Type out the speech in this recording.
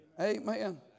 Amen